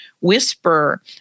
whisper